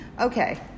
Okay